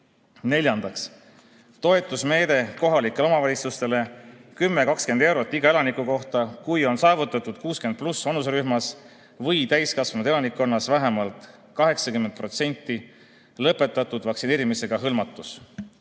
Neljandaks, toetusmeede kohalikele omavalitsustele 10–20 eurot iga elaniku kohta, kui on saavutatud 60+ vanuserühmas või täiskasvanud elanikkonnas vähemalt 80% lõpetatud vaktsineerimisega hõlmatus.